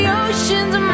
oceans